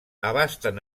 abasten